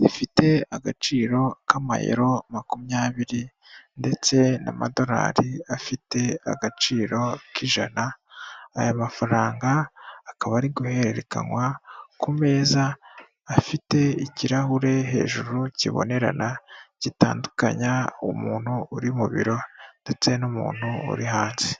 zifite agaciro k'amayero makumyabiri ndetse n'amadolari afite agaciro k'ijana, aya mafaranga akaba ari guhererekanywa ku meza afite ikirahure hejuru kibonerana gitandukanya umuntu uri mu biro ndetse n'umuntu uri hasi.